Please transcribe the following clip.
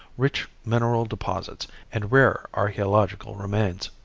rich mineral deposits and rare archaeological remains.